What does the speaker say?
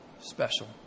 special